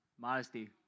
modesty